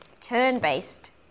turn-based